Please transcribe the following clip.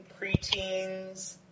preteens